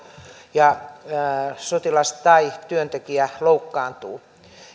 ja sotilas tai työntekijä loukkaantuu